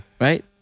Right